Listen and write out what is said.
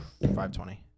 520